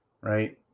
right